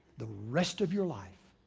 the rest of your life,